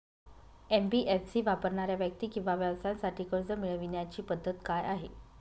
NBFC वापरणाऱ्या व्यक्ती किंवा व्यवसायांसाठी कर्ज मिळविण्याची पद्धत काय आहे?